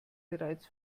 bereits